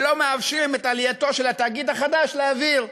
ולא מאפשרים את עלייתו של התאגיד החדש לאוויר.